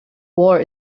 war